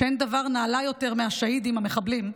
שאין דבר נעלה יותר מהשהידים המחבלים,